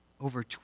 over